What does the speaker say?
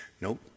Nope